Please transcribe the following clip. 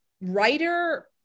writer